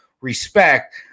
respect